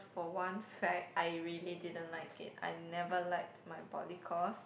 for one fact I really didn't like it I never liked my poly course